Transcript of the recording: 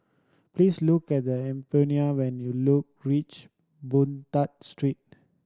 please look at the Euphemia when you look reach Boon Tat Street